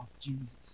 Jesus